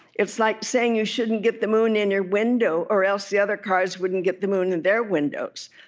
it's like saying you shouldn't get the moon in your window, or else the other cars wouldn't get the moon in their windows.